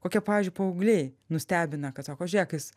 kokie pavyzdžiui paaugliai nustebina kad sako žiūrėk jis